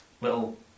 little